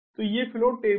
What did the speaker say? तो ये flow table